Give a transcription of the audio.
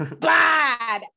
bad